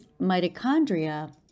mitochondria